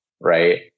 right